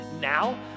now